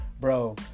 bro